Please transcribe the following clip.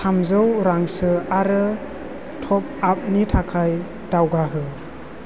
थामजौ रां सो आरो टपआपनि थाखाय दावगा हो